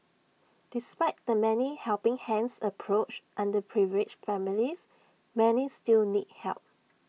despite the 'many helping hands' approach underprivileged families many still need help